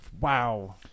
Wow